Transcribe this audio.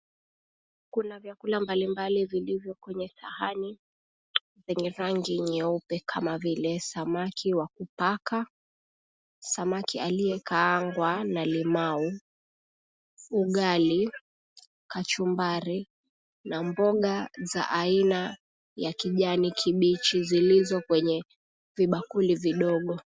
Kuna vyakula mbalimbali vilivyo kwenye sahani lenye rangi nyeupe kama vile samaki wa kupaka, samaki aliye kaangwa na limau, ugali, kachumbari, na mboga za aina ya kijani kibichi zilizo kwenye vibakuli vidogo.